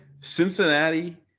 Cincinnati